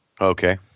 Okay